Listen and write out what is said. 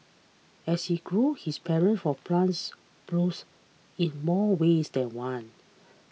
as he grew his for plants blossomed in more ways than one